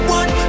one